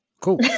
cool